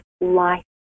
life